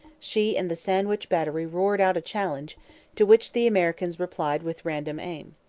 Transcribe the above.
she and the sandwich battery roared out a challenge to which the americans replied with random aim.